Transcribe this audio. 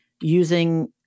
using